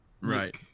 Right